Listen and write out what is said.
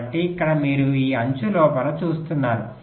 కాబట్టి ఇక్కడ మీరు ఈ అంచు లోపల చూస్తున్నారు